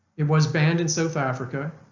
it was banned in south africa,